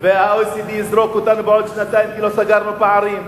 וה-OECD יזרוק אותנו בעוד שנתיים כי לא סגרנו פערים.